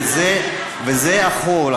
וזה עכור.